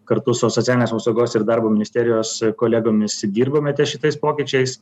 kartu so socialinės apsaugos ir darbo ministerijos kolegomis dirbome ties šitais pokyčiais